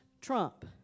trump